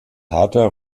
harter